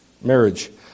marriage